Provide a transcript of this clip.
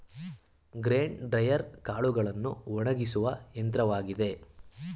grain dryer ಕಾಳುಗಳನ್ನು ಒಣಗಿಸುವ ಯಂತ್ರವಾಗಿದೆ